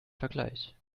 vergleich